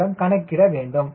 மூலம் கணக்கிட வேண்டும்